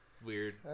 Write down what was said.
Weird